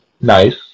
nice